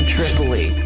Tripoli